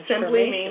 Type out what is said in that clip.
simply